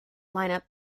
lineup